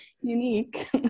unique